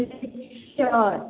ठीक छी ने ठीके हइ